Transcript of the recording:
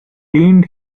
leaned